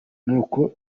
nuko